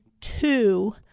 two